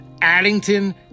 Addington